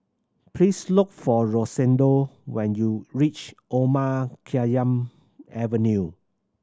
please look for Rosendo when you reach Omar Khayyam Avenue